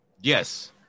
Yes